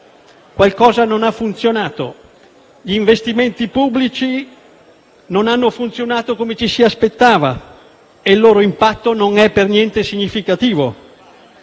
Qualcosa non ha funzionato: gli investimenti pubblici non hanno funzionato come ci si aspettava e il loro impatto non è per niente significativo.